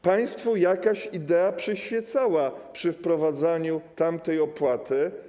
Państwu jakaś idea przyświecała przy wprowadzaniu tamtej opłaty.